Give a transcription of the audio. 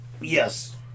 Yes